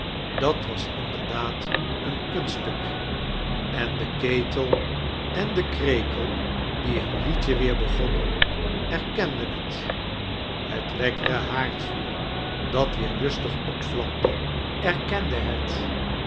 dat was inderdaad een kunstetuk en de ketel en de krekel die hun iiedje weer begonnen erioenden het het lekkere haardvuur dat weer lustag opvlamde erkende het